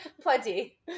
Plenty